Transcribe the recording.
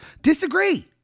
Disagree